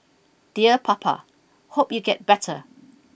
dear Papa hope you get better